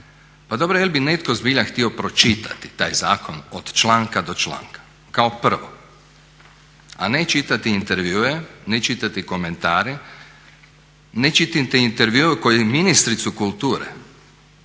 Pa dobro jel bi netko zbilja htio pročitati taj zakon od članka do članka kao prvo, a ne čitati intervjue, ne čitati komentare, ne čitati intervjue koji ministricu kulture